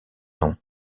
nom